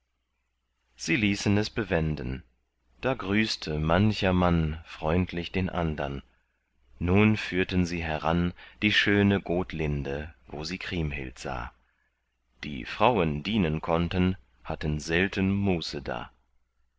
sie ließen es bewenden da grüßte mancher mann freundlich den andern nun führten sie heran die schöne gotlinde wo sie kriemhild sah die frauen dienen konnten hatten selten muße da